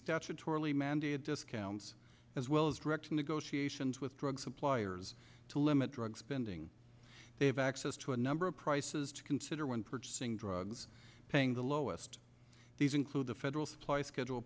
statutorily mandated discounts as well as direct negotiations with drug suppliers to limit drug spending they have access to a number of prices to consider when purchasing drugs paying the lowest these include the federal supply schedule